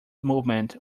movement